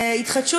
התחדשות